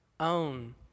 own